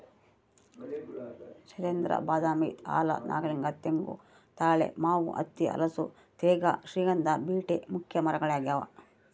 ಶೈಲೇಂದ್ರ ಬಾದಾಮಿ ಆಲ ನಾಗಲಿಂಗ ತೆಂಗು ತಾಳೆ ಮಾವು ಹತ್ತಿ ಹಲಸು ತೇಗ ಶ್ರೀಗಂಧ ಬೀಟೆ ಮುಖ್ಯ ಮರಗಳಾಗ್ಯಾವ